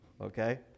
okay